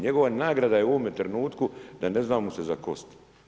Njegova nagrada mu je u ovome trenutku, da ne zna mu se za kosti.